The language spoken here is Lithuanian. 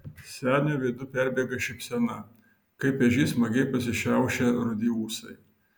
senio veidu perbėga šypsena kaip ežys smagiai pasišiaušę rudi ūsai